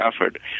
effort